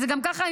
שזה גם ככה,